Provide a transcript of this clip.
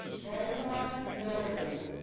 valdemar mellgren.